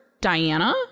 Diana